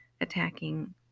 attacking